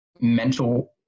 mental